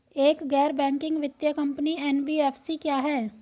एक गैर बैंकिंग वित्तीय कंपनी एन.बी.एफ.सी क्या है?